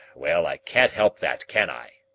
well, i can't help that, can i.